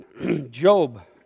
Job